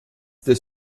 des